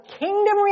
kingdom